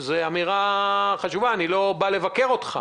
זאת אמירה חשובה אני לא בא לבקר אותך